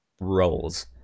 roles